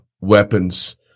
weapons